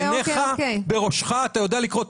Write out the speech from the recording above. עורכת הדין אילנית מנדל מהלשכה המשפטית,